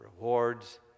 rewards